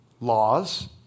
laws